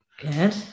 good